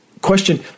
Question